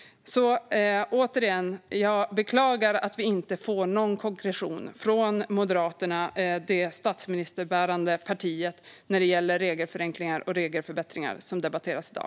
Jag beklagar återigen att vi inte får någon konkretion från Moderaterna, statsministerns parti, när det gäller regelförenklingar och regelförbättringar, som vi debatterar i dag.